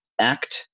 act